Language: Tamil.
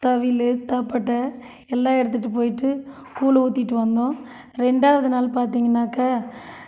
தவில் தப்பட்டை எல்லாம் எடுத்துட்டு போய்விட்டு கூழு ஊற்றிட்டு வந்தோம் ரெண்டாவது நாள் பார்த்தீங்கனாக்க